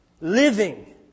Living